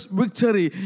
victory